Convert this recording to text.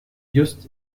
just